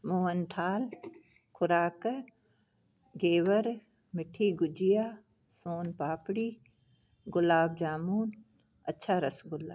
मोहनथाल खुराक गेवर मिठी गुजिया सोनपापड़ी गुलाबजामुन अछा रसगुल्ला